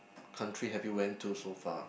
country have you went to so far